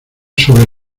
sobre